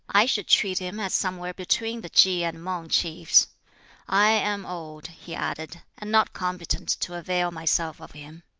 i should treat him as somewhere between the ki and mang chiefs i am old, he added, and not competent to avail myself of him.